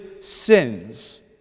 sins